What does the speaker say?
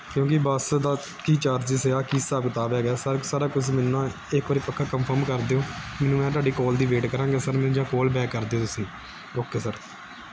ਕਿਉਂਕਿ ਬੱਸ ਦਾ ਕੀ ਚਾਰਜਸ ਆ ਕੀ ਹਿਸਾਬ ਕਿਤਾਬ ਹੈਗਾ ਸਰ ਸਾਰਾ ਕੁਝ ਮੈਨੂੰ ਨਾ ਇੱਕ ਵਾਰੀ ਪੱਕਾ ਕਫਰਮ ਕਰ ਦਿਓ ਮੈਨੂੰ ਮੈਂ ਤੁਹਾਡੀ ਕਾਲ ਦੀ ਵੇਟ ਕਰਾਂਗਾ ਸਰ ਮੈਨੂੰ ਜਾਂ ਕੋਲ ਬੈਕ ਕਰ ਦਿਓ ਤੁਸੀਂ ਓਕੇ ਸਰ